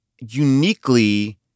uniquely